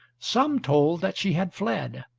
some told that she had fled,